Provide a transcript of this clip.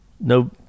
No